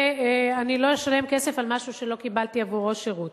ואני לא אשלם כסף על משהו שלא קיבלתי עבורו שירות.